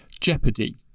Jeopardy